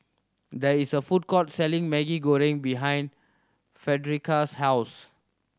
there is a food court selling Maggi Goreng behind Frederica's house